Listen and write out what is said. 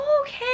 okay